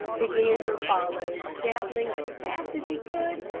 the gander followed, gabbling as fast as he could,